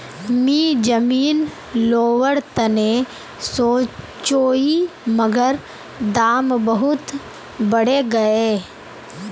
मी जमीन लोवर तने सोचौई मगर दाम बहुत बरेगये